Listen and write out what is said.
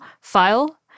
file